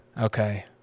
Okay